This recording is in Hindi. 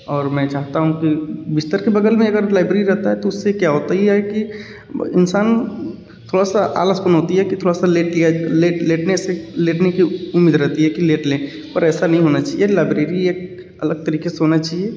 और मैं चाहता हूँ कि बिस्तर के बगल में अगर लाइब्रेरी रहता है तो उससे क्या होता है ये है कि इंसान थोड़ा सा आलसपन होती है कि थोड़ा सा लेट गए लेटने से लेटने की उम्मीद रहती है कि लेट लें पर वैसा नहीं होना चाहिए लाइब्रेरी एक अलग तरीके से होना चाहिए